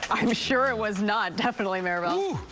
i'm sure it was not. definitely.